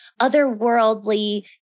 otherworldly